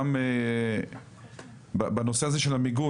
גם בנושא הזה של המיגון,